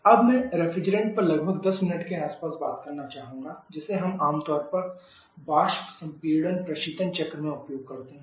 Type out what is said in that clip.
अब मैं रेफ्रिजरेट पर लगभग 10 मिनट के आसपास बात करना चाहूंगा जिसे हम आमतौर पर वाष्प संपीड़न प्रशीतन चक्र में उपयोग करते हैं